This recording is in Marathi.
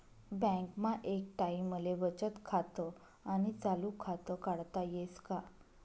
बँकमा एक टाईमले बचत खातं आणि चालू खातं काढता येस का?